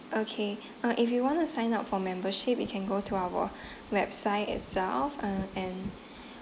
okay uh if you want to sign up for membership you can go to our website itself uh and